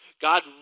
God